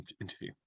interview